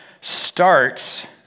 starts